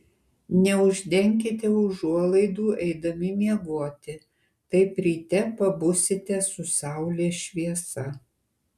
neuždenkite užuolaidų eidami miegoti taip ryte pabusite su saulės šviesa